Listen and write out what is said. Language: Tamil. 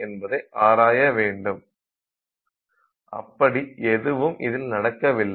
என்பதை ஆராய வேண்டும் அப்படி எதுவும் இதில் நடக்கவில்லை